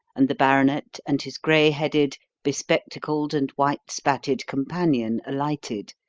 and the baronet and his grey-headed, bespectacled and white-spatted companion alighted,